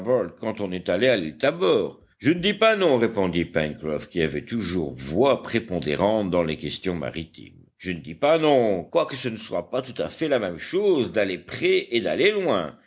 quand on est allé à l'île tabor je ne dis pas non répondit pencroff qui avait toujours voix prépondérante dans les questions maritimes je ne dis pas non quoique ce ne soit pas tout à fait la même chose d'aller près et d'aller loin